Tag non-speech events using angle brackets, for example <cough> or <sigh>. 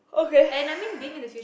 okay <breath>